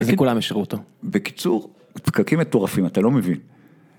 וכולם אישרו אותו. בקיצור, פקקים מטורפים, אתה לא מבין.